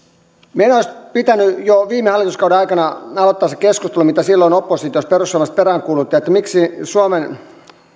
meidän olisi pitänyt jo viime hallituskauden aikana aloittaa se keskustelu jota silloin oppositiossa perussuomalaiset peräänkuuluttivat että miksi suomen